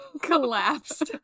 collapsed